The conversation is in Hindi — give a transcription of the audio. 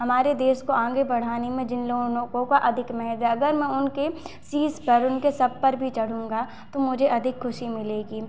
हमारे देश को आगे बढ़ाने में जिन लोगों को अधिक महत्व अगर मैं उनके शीश पर उनके सब पर भी चढूँगा तो मुझे अधिक ख़ुशी मिलेगी